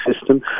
system